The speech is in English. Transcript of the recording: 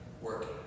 working